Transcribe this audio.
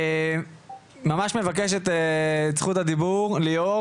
ממש מבקשת את זכות הדיבור ליאור